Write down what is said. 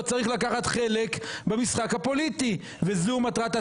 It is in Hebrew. צריך לקחת חלק במשחק הפוליטי וזו מטרת הצעת החוק,